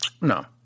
No